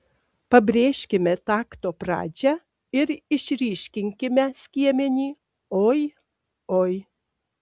pabrėžkime takto pradžią ir išryškinkime skiemenį oi oi